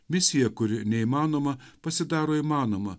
misiją kuri neįmanoma pasidaro įmanoma